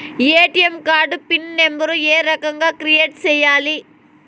ATM card PIN number ఏ రకంగా create సేయాలి